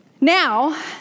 Now